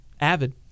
avid